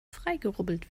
freigerubbelt